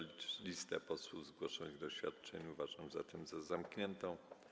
Listę posłów zgłoszonych do oświadczeń uważam zatem za zamkniętą.